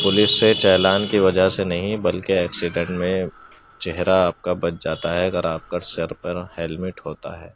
police سے چالان کی وجہ سے نہیں بلکہ ایکسیڈنٹ میں چہرہ آپ کا بچ جاتا ہے اگر آپ کا سر پر ہیلمیٹ ہوتا ہے